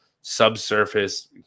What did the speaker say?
subsurface